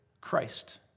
Christ